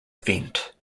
event